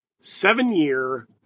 seven-year